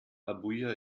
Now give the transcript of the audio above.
abuja